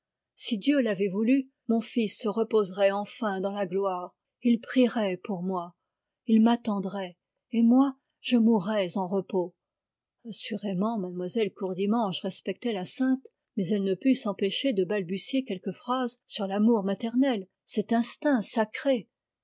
si dieu l'avait voulu mon fils se reposerait enfin dans la gloire il prierait pour moi il m'attendrait et moi je mourrais en repos mlle courdimanche respectait la sainte mais elle ne put s'empêcher de balbutier quelques phrases sur l'amour maternel cet instinct sacré